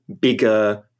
bigger